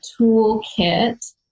toolkit